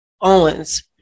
Owens